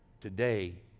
today